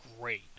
great